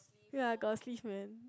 ya I got a sleeve man